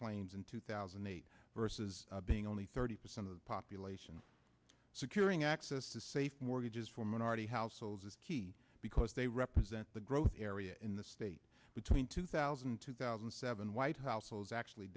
claims in two thousand and eight versus being only thirty percent of the population securing access to safe mortgages for minority households is key because they represent the growth area in the state between two thousand and two thousand and seven white households actually